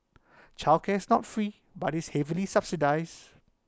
childcare is not free but is heavily subsidised